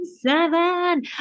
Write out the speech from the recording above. Seven